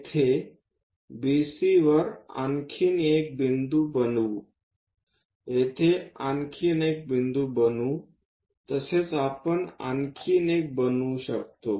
येथे BC वर आणखी एक बिंदू बनवू येथे आणखी एक बिंदू बनवू तसेच आपण आणखी एक बनवू शकतो